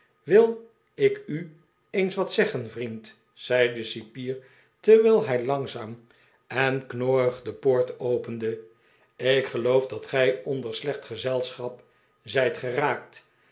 wil ik u eens wat zeggen vriend zei de cipier terwijl hij langzaam en knorrig de poort opende ik geloof dat gij onder slecht gezelschap zijt geraakt